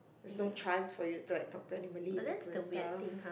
there's no chance for you to like talk to any Malay people and stuff